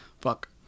fuck